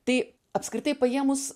tai apskritai paėmus